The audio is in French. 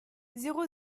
zéro